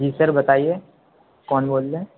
جی sir بتائیے کون بول رہیں